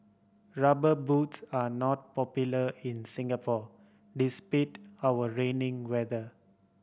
Rubber Boots are not popular in Singapore despite our raining weather